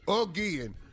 again